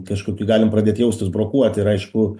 kažkoki galim pradėt jaustis brokuoti ir aišku